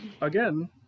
Again